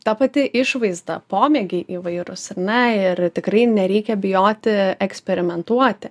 ta pati išvaizda pomėgiai įvairūs ar ne ir tikrai nereikia bijoti eksperimentuoti